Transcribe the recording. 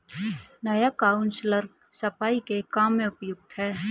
नया काउंसलर सफाई के काम में उत्सुक है